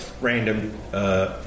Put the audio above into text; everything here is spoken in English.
random